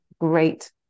great